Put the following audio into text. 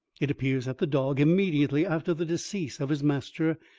it appears that the dog, immediately after the decease of his master,